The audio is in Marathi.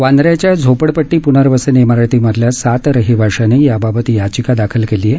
वांद्र्याच्या झोपडपट्टी पूनर्वसन इमारतीमधल्या सात रहिवाशांनी याबाबत याचिका दाखल केली आहे